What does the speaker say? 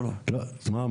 לא, לא.